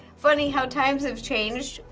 funny how times have changed.